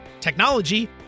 technology